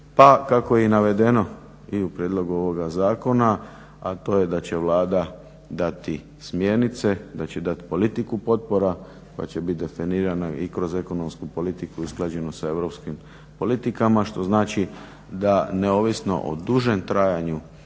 pa kako je i navedeno i u prijedlogu ovoga zakona, a to je da će Vlada dati smjernice, da će dat politiku potpora pa će bit definirana i kroz ekonomsku politiku usklađenu sa europskim politikama što znači da neovisno o dužem trajanju